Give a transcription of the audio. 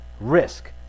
risk